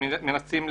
חוקים.